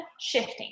shifting